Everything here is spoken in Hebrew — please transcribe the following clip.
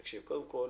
תקשיב: קודם כול,